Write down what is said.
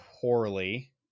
poorly